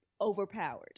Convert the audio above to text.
overpowered